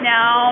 Now